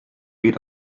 geht